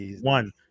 one